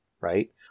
right